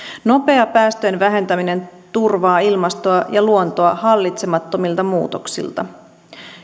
nopea päästöjen vähentäminen turvaa ilmastoa ja luontoa hallitsemattomilta muutoksilta